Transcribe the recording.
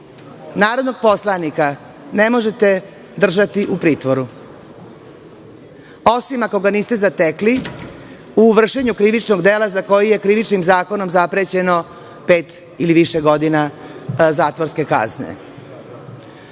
narodnog poslanika ne možete držati u pritvoru osim ako ga niste zatekli u vršenju krivičnog dela za koje je Krivičnim zakonom zaprećeno pet ili više godina zatvorske kazne. Svaki